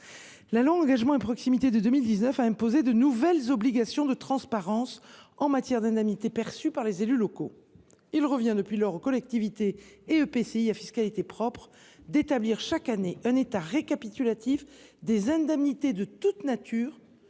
la loi Engagement et proximité de 2019 a déjà imposé de nouvelles obligations de transparence en matière d’indemnités perçues par les élus locaux. Depuis lors, il revient aux collectivités et aux EPCI à fiscalité propre d’établir, chaque année, un état récapitulatif des indemnités de toute nature